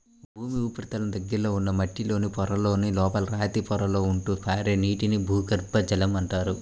భూమి ఉపరితలం దగ్గరలో ఉన్న మట్టిలో పొరలలో, లోపల రాతి పొరలలో ఉంటూ పారే నీటిని భూగర్భ జలం అంటారు